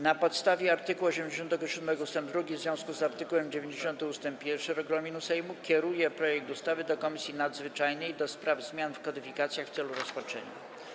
Na podstawie art. 87 ust. 2 w związku z art. 90 ust. 1 regulaminu Sejmu kieruję projekt ustawy do Komisji Nadzwyczajnej do spraw zmian w kodyfikacjach w celu rozpatrzenia.